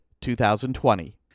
2020